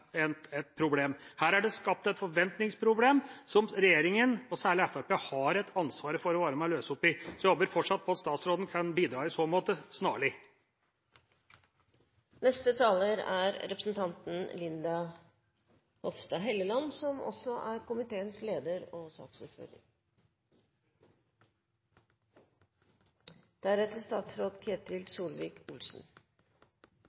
et problem. Her er det skapt et forventningsproblem som regjeringa, og særlig Fremskrittspartiet, har et ansvar for å være med og løse opp i. Så jeg håper fortsatt på at statsråden snarlig kan bidra i så måte.